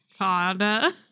God